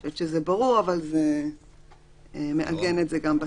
אני חושבת שזה ברור, אבל זה מעגן את זה גם בסעיף.